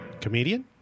comedian